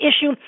issue